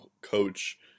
coach